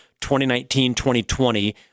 2019-2020